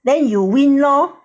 then you win lor